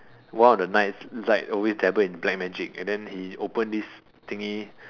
one of the knights like always dabble in black magic and then he open this thingy